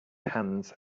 hands